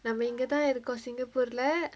நம்ம இங்கதா இருக்கோ:namma ingatha irukko singapore leh